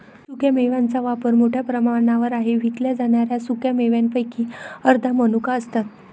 सुक्या मेव्यांचा वापर मोठ्या प्रमाणावर आहे विकल्या जाणाऱ्या सुका मेव्यांपैकी अर्ध्या मनुका असतात